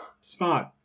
Smart